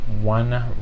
one